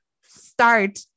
start